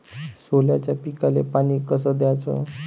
सोल्याच्या पिकाले पानी कस द्याचं?